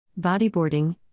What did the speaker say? Bodyboarding